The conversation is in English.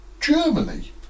Germany